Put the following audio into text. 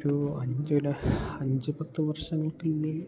ഒരു അഞ്ചിൽ അഞ്ച് പത്തു വർഷങ്ങൾക്കുള്ളിൽ